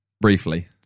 briefly